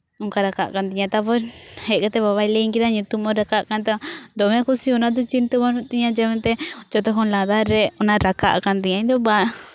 ᱚᱱᱠᱟ ᱨᱟᱠᱟᱵ ᱟᱠᱟᱱ ᱛᱤᱧᱟ ᱛᱟᱨᱯᱚᱨ ᱦᱮᱡ ᱠᱟᱛᱮᱫ ᱵᱟᱵᱟᱭ ᱞᱟᱹᱭᱤᱧ ᱠᱟᱱᱟ ᱧᱩᱛᱩᱢ ᱦᱚᱸ ᱨᱟᱠᱟᱵ ᱠᱟᱱ ᱛᱟᱢᱟ ᱫᱚᱢᱮ ᱠᱩᱥᱤ ᱚᱱᱟ ᱫᱚ ᱪᱤᱱᱛᱟᱹ ᱵᱟᱹᱱᱩᱜ ᱛᱤᱧᱟᱹ ᱡᱮ ᱢᱮᱱᱛᱮ ᱡᱚᱛᱚ ᱠᱷᱚᱱ ᱞᱟᱛᱟᱨ ᱨᱮ ᱚᱱᱟ ᱨᱟᱠᱟᱵ ᱟᱠᱟᱱ ᱛᱤᱧᱟᱹ ᱤᱧ ᱫᱚ ᱵᱟᱝ